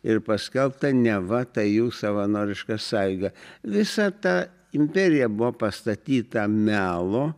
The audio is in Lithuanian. ir paskelbta neva tai jų savanoriška sąjuga visa ta imperija buvo pastatyta melo